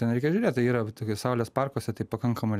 ten reikia žiūrėt tai yra va tokie saulės parkuose tai pakankamai